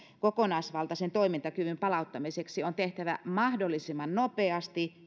kokonaisvaltaisen toimintakyvyn palauttamiseksi on tehtävä mahdollisimman nopeasti